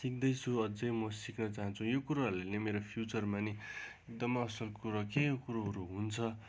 सिक्दैछु अझै म सिक्न चाहन्छु यो कुरोहरूले नै मेरो फ्युचरमा नि एकदम असर कुरो के कुरोहरू हुन्छ